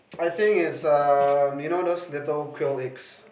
I think it's err you know those little quail eggs